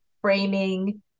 framing